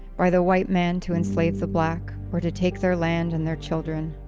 by the white man, to enslave the black, or to take their land and their children.